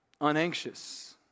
unanxious